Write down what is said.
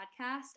podcast